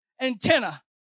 antenna